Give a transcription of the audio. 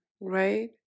right